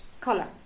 color